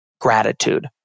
gratitude